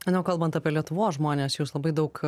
manau kalbant apie lietuvos žmones jūs labai daug